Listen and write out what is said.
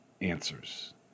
answers